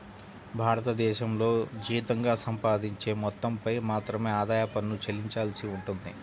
భారతదేశంలో జీతంగా సంపాదించే మొత్తంపై మాత్రమే ఆదాయ పన్ను చెల్లించవలసి ఉంటుంది